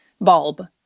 bulb